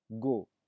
Go